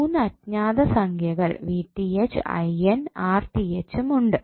3 അജ്ഞാത സംഖ്യകൾ ഉം ഉണ്ട്